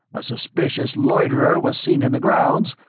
a suspicious loiterer was seen in the grounds,